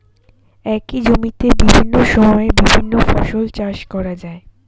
একই জমিতে বিভিন্ন সময়ে বিভিন্ন ফসল চাষ করা যায়